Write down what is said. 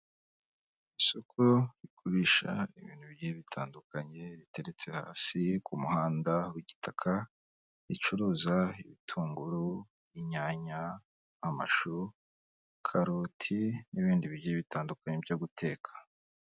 Isoko rigurisha ibintu bigiye bitandukanye riteretse hasi ku muhanda w'igitaka, ricuruza ibitunguru inyanya, amashu karoti n'ibindi bigiye bitandukanye byo guteka.